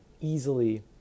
easily